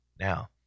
Now